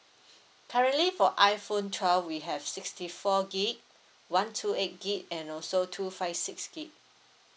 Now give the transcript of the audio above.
currently for iphone twelve we have sixty four gig one two eight gig and also two five six gigabyte